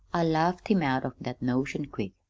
i laughed him out of that notion quick,